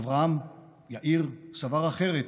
אברהם יאיר סבר אחרת,